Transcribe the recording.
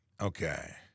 Okay